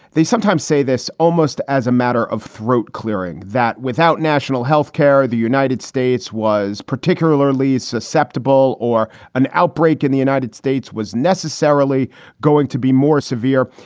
they sometimes say this almost as a matter of throat clearing, that without national health care, the united states was particularly susceptible or an outbreak in the united states was necessarily going to be more severe.